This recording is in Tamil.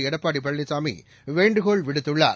எடப்பாடிபழனிசாமிவேண்டுகோள் விடுத்துள்ளார்